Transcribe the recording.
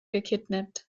gekidnappt